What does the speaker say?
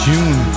June